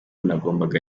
nagombaga